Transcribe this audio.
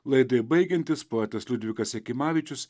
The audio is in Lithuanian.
laidai baigiantis poetas liudvikas jakimavičius